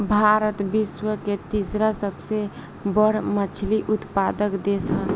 भारत विश्व के तीसरा सबसे बड़ मछली उत्पादक देश ह